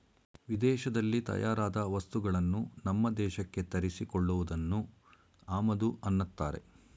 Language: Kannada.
ವಿದೇಶದಲ್ಲಿ ತಯಾರಾದ ವಸ್ತುಗಳನ್ನು ನಮ್ಮ ದೇಶಕ್ಕೆ ತರಿಸಿ ಕೊಳ್ಳುವುದನ್ನು ಆಮದು ಅನ್ನತ್ತಾರೆ